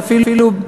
שאפילו,